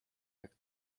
jak